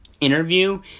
interview